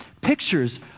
Pictures